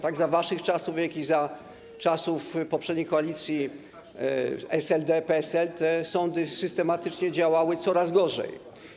Tak za waszych czasów, jak i za czasów poprzedniej koalicji SLD-PSL sądy systematycznie działały coraz gorzej.